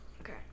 okay